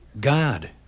God